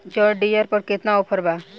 John Deere पर केतना offer बा?